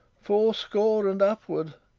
fourscore and upward,